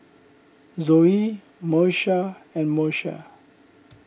Zoie Moesha and Moesha